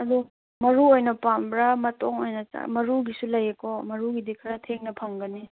ꯑꯗꯨ ꯃꯔꯨ ꯑꯣꯏꯅ ꯄꯥꯝꯕ꯭ꯔꯥ ꯃꯇꯣꯡ ꯑꯣꯏꯅ ꯃꯔꯨꯒꯤꯁꯨ ꯂꯩ ꯀꯣ ꯃꯔꯨꯒꯤꯗꯤ ꯈꯔ ꯊꯦꯡꯅ ꯐꯪꯒꯅꯤ